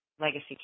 legacy